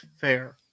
fair